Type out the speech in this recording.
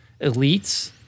elites